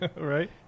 Right